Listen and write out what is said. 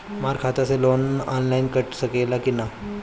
हमरा खाता से लोन ऑनलाइन कट सकले कि न?